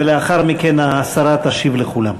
ולאחר מכן השרה תשיב לכולם.